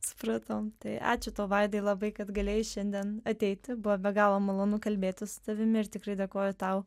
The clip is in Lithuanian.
supratau tai ačiū tau vaidai labai kad galėjai šiandien ateiti buvo be galo malonu kalbėtis su tavimi ir tikrai dėkoju tau